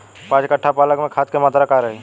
पाँच कट्ठा पालक में खाद के मात्रा का रही?